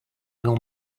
will